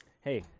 Hey